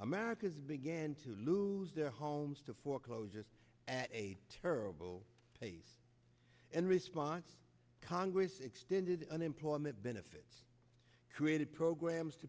americans began to lose their homes to foreclosure at a terrible pace and response congress extended unemployment benefits created programs to